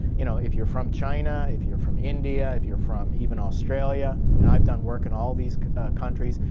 you know, if you're from china. if you're from india. if you're from even australia. and i've done work in all these countries.